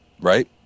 Right